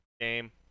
Game